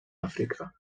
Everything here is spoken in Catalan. àfrica